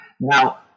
Now